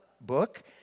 book